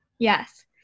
Yes